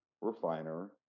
refiner